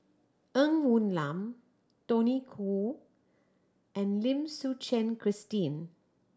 Ng Woon Lam Tony Khoo and Lim Suchen Christine